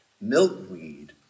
Milkweed